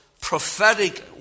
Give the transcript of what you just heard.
prophetic